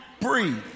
breathe